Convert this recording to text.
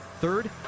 Third